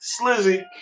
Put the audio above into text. Slizzy